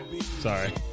Sorry